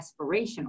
aspirational